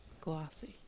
Glossy